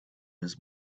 his